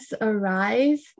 arise